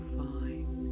fine